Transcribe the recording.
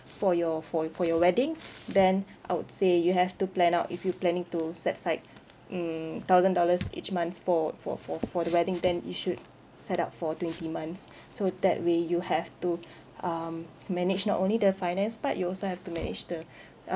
for your for yo~ for your wedding then I would say you have to plan out if you planning to set aside mm thousand dollars each months for for for for the wedding then you should set up for twenty months so that way you have to um manage not only the finance part you also have to manage the